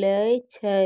लेय छै?